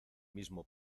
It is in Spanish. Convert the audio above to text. mismo